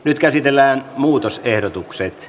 nyt käsitellään muutosehdotukset